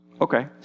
Okay